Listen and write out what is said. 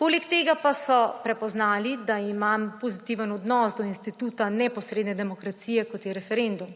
Poleg tega pa so prepoznali, da imam pozitiven odnos do instituta neposredne demokracije, kot je referendum,